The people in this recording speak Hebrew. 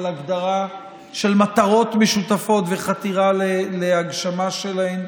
על הגדרה של מטרות משותפות וחתירה להגשמה שלהן.